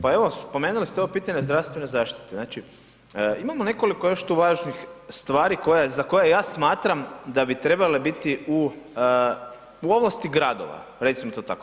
Pa evo spomenuli ste ovo pitanje zdravstvene zaštite, znači imao nekoliko još tu važnih stvari za koje ja smatram da bi trebale biti u, u ovlasti gradova, recimo to tako.